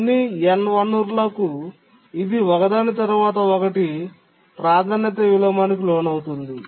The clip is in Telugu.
అన్ని n వనరులకు ఇది ఒకదాని తరువాత ఒకటి ప్రాధాన్యత విలోమానికి లోనవుతుంది